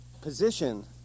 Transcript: position